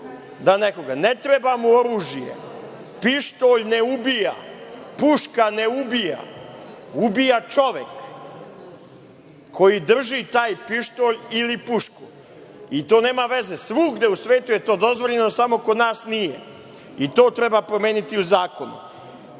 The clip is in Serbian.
ruke, ne treba mu oružje. Pištolj ne ubija, puška ne ubija. Ubija čovek koji drži taj pištolj ili pušku i to nema veze. Svugde u svetu je to dozvoljeno, samo kod nas nije. To treba promeniti u zakonu. Na